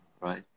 right